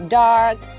dark